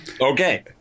Okay